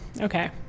okay